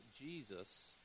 Jesus